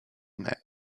mer